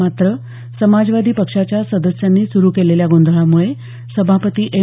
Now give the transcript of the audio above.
मात्र समाजवादी पक्षाच्या सदस्यांनी सुरू केलेल्या गोंधळामुळे सभापती एम